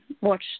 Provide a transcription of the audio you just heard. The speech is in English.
watch